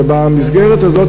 ובמסגרת הזאת,